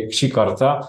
šį kartą